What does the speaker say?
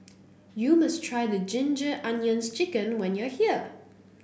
you must try Ginger Onions chicken when you are here